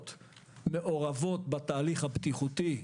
מעורבות בתהליך הבטיחותי בבניין,